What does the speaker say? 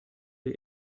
der